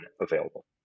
available